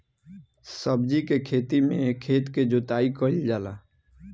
सब्जी के खेती में खेत के जोताई कईल जाला